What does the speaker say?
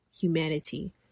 humanity